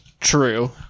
True